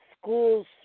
schools